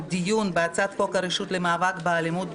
קביעת ועדה לדיון בהצעת חוק הרשות למאבק באלימות,